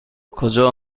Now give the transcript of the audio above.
کجا